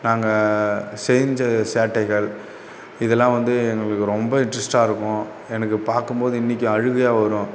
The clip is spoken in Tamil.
நாங்கள் செஞ்ச சேட்டைகள் இதெல்லாம் வந்து எங்களுக்கு ரொம்ப இன்ட்ரெஸ்டாக இருக்கும் எனக்கு பார்க்கும்போது இன்றைக்கும் அழுகையாக வரும்